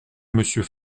monsieur